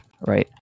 right